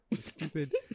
Stupid